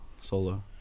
solo